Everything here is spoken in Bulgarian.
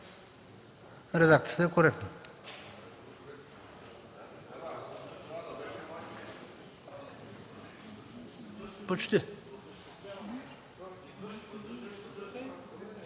редакцията е коректна.